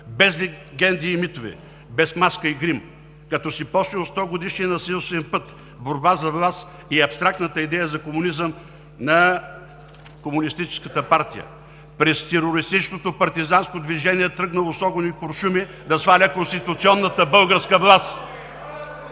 без легенди и митове, без маска и грим. Като се започне от 100-годишния насилствен път в борба за власт и абстрактната идея за комунизъм на комунистическата партия през терористичното партизанско движение, тръгнало с огнени куршуми да сваля конституционната българска власт